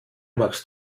machst